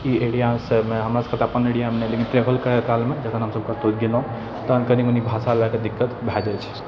ई एरियासबमे हमर सबके तऽ अपन एरियामे ट्रैवल करै कालमे जखन हमसब कतहु गेलहुँ तहन कनी मनी भाषा वगैरहके दिक्कत भऽ जाइ छै